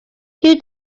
who